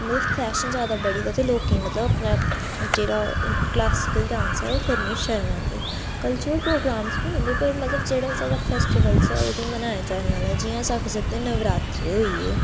मतलब फैशन जादा बढ़ी गेदा ते लोकें गी मतलब अपना जेह्ड़ा क्लासिकल डांस ऐ ओह् करने ई शरम आंदी कल्चरल प्रोग्राम्स बी होंदे पर मतलब जेह्ड़ा साढ़ा फेस्टिवल्स ऐ ओह मनाए जाने आह्ला जि'यां अस आखी सकदे नवरात्रे होइये